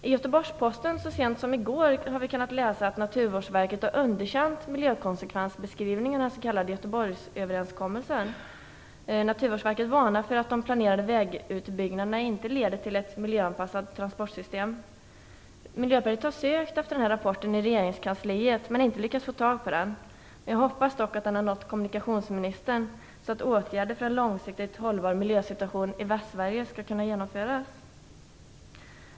I Göteborgsposten kunde vi så sent som i går läsa att Naturvårdsverket har underkänt miljökonsekvensbeskrivningen, den s.k. Göteborgsöverenskommelsen. Miljöpartiet har sökt efter rapporten i regeringskansliet men inte lyckats få tag på den. Jag hoppas dock att den har nått kommunikationsministern så att åtgärder för en långsiktigt hållbar miljösituation i Västsverige skall kunna genomföras.